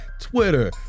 twitter